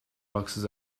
boxes